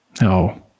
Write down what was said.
No